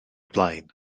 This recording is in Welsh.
blaen